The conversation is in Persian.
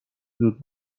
زود